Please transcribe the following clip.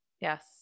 Yes